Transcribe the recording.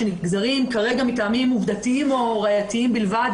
שנגזרים כרגע מטעמים עובדתיים או ראייתיים בלבד,